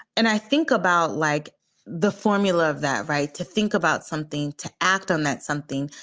and i think about like the formula of that. right. to think about something. to act on that's something.